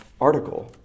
article